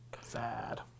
Sad